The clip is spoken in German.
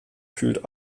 fühlt